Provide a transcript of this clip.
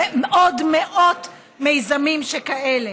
ועוד מאות מיזמים שכאלה.